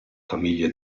famiglia